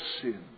sin